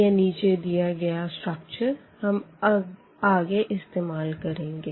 यह नीचे दिया गया स्ट्रक्चर हम आगे इस्तेमाल करेंगे